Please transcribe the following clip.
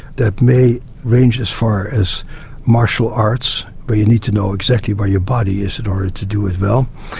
that may range as far as martial arts, where you need to know exactly where your body is in order to do it well,